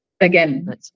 again